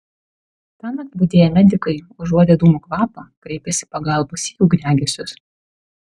tąnakt budėję medikai užuodę dūmų kvapą kreipėsi pagalbos į ugniagesius